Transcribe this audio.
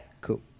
Cool